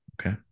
Okay